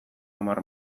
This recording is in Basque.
hamar